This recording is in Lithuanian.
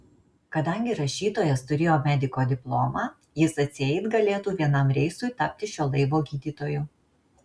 kadangi rašytojas turėjo mediko diplomą jis atseit galėtų vienam reisui tapti šio laivo gydytoju